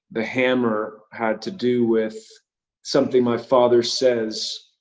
the hammer had to do with something my father says,